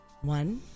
One